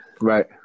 Right